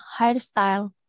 hairstyle